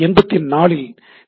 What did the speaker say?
84 இல் டி